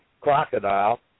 crocodile